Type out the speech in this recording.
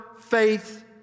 faith